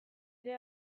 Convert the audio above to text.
ere